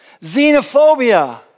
Xenophobia